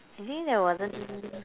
you think there wasn't